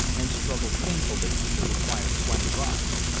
and struggle painfully the required twenty rods.